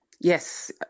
Yes